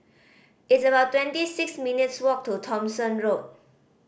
it's about twenty six minutes' walk to Thomson Road